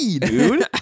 dude